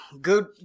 Good